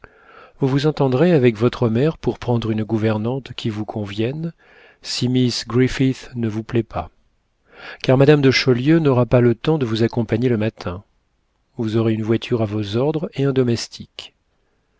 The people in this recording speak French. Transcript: vous vous entendrez avec votre mère pour prendre une gouvernante qui vous convienne si miss griffith ne vous plaît pas car madame de chaulieu n'aura pas le temps de vous accompagner le matin vous aurez une voiture à vos ordres et un domestique